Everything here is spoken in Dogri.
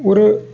होर